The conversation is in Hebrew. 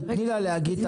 תני לה להגיד,